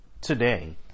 Today